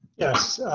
yes.